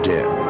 Dead